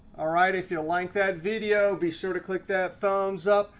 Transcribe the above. all right, if you like that video, be sure to click that thumbs up,